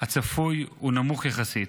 הצפוי הוא נמוך יחסית.